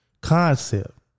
concept